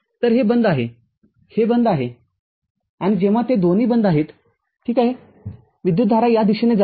तर हे बंद आहे हे बंद आहे आणि जेव्हा ते दोन्ही बंद आहेत ठीक आहे विद्युतधारा या दिशेने जात नाही